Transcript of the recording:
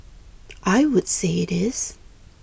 I would say it is